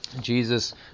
Jesus